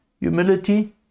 humility